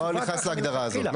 לא נכנס להגדרה הזאת.